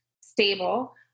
stable